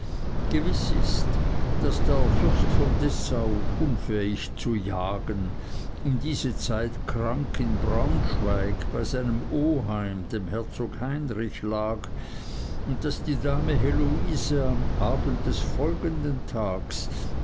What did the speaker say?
gewiß ist daß der fürst von dessau unfähig zu jagen um diese zeit krank in braunschweig bei seinem oheim dem herzog heinrich lag und daß die dame heloise am abend des folgenden tages